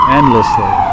endlessly